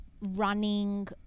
running